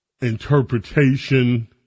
interpretation